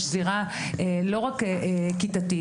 יש זירה לא רק כיתתית,